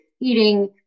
eating